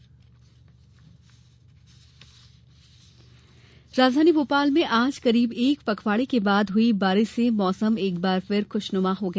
मौसम राजधानी भोपाल में आज करीब एक पखवाड़े बाद हुई बारिश से मौसम एक बार फिर खुशनुमा हो गया